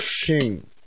King